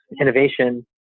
innovation